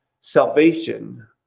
salvation